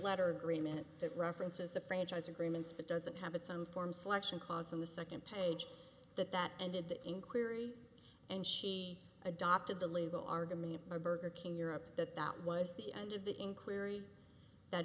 letter agreement that references the franchise agreements but doesn't have its own form selection causing the second page that that ended the inquiry and she adopted the legal argument by burger king europe that that was the end of the inquiry that